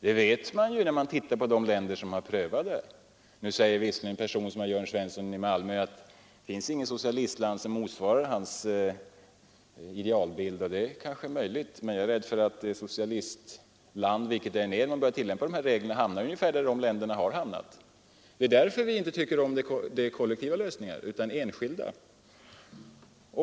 Att det är farliga lösningar vet vi från de länder som har prövat dem. Nu säger visserligen herr Jörn Svensson i Malmö att det finns inget socialistland som motsvarar hans idealbild, och det kanske är möjligt, men jag är rädd för att vilket land som helst som börjar tillämpa de här reglerna hamnar ungefär där de här socialistiska länderna har hamnat. Det är därför vi inte tycker om kollektiva lösningar utan enskilda.